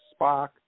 Spock